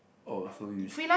oh so you s~